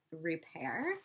repair